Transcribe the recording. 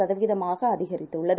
சதவிகிதமாகஅதிகரித்துள்ளது